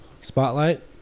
Spotlight